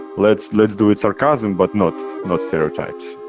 let's let's do it sarcasm but not not stereotypes